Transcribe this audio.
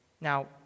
Now